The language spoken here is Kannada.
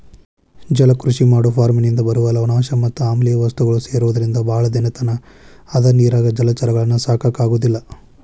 ಜಲಕೃಷಿ ಮಾಡೋ ಫಾರ್ಮನಿಂದ ಬರುವ ಲವಣಾಂಶ ಮತ್ ಆಮ್ಲಿಯ ವಸ್ತುಗಳು ಸೇರೊದ್ರಿಂದ ಬಾಳ ದಿನದತನ ಅದ ನೇರಾಗ ಜಲಚರಗಳನ್ನ ಸಾಕಾಕ ಆಗೋದಿಲ್ಲ